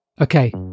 Okay